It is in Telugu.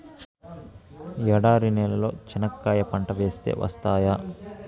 ఎడారి నేలలో చెనక్కాయ పంట వేస్తే వస్తాయా?